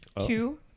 Two